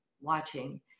watching